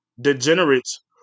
degenerates